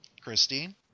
Christine